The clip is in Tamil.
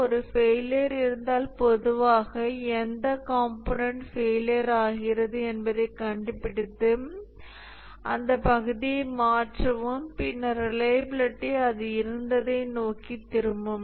ஒரு ஃபெயிலியர் இருந்தால் பொதுவாக எந்த காம்போனன்ட் ஃபெயிலியர் ஆகிறது என்பதைக் கண்டுபிடித்து அந்த பகுதியை மாற்றவும் பின்னர் ரிலையபிலிட்டி அது இருந்ததை நோக்கி திரும்பும்